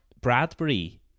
Bradbury